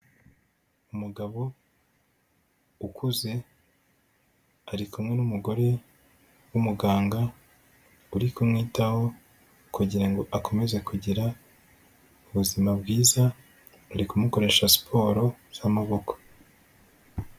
Umugabo ukuze, ari kumwe n'umugore w'umuganga uri kumwitaho kugira ngo akomeze kugira ubuzima bwiza, ari kumukoresha siporo z'amaboko.